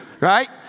Right